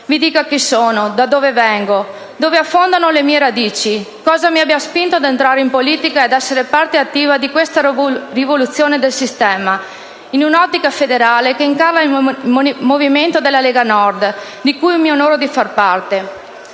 vi dica chi sono, da dove vengo, dove affondano le mie radici, cosa mi abbia spinto ad entrare in politica e ad essere parte attiva di questa rivoluzione del sistema, in un'ottica federale che incarna il movimento della Lega Nord, di cui mi onoro di far parte.